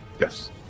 Yes